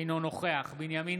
אינו נוכח בנימין